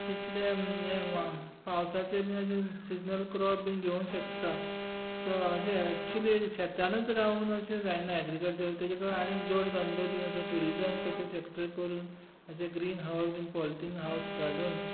तितलें हें पावसाचें बी अशें सिजनल क्रॉप बी घेवं शकता अशें एक्च्युली शेतानूच रावून अशें जायना एग्रीकलचर तेका आनिकूय जोडधंदो ट्युरीजम कशे सेक्टर करून अशें ग्रीन हावज पॉलिथीन हावज घालून